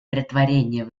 претворения